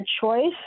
choice